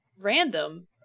random